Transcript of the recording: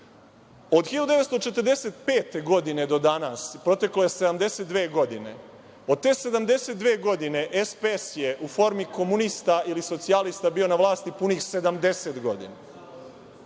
1945. godine do danas proteklo je 72 godine. Od te 72 godine SPS je u formi komunista ili socijalista bio na vlasti punih 70 godina.